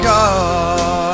God